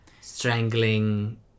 Strangling